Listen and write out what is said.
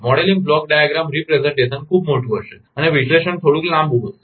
modelling block diagram representation ખૂબ મોટું હશે અને વિશ્લેષણ થોડુંક લાંબું હશે